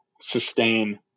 sustain